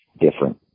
different